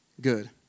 good